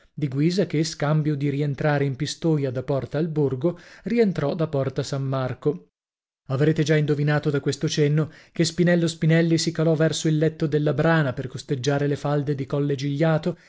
di guisa che scambio di rientrare in pistoia da porta al borgo rientrò da porta san marco avrete già indovinato da questo cenno che spinello spinelli si calò verso il letto della brana per costeggiar le falde di colle gigliato